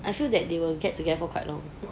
I feel that they will get together for quite long